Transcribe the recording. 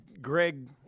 Greg